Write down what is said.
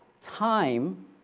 time